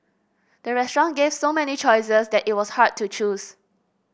the restaurant gave so many choices that it was hard to choose